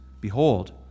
Behold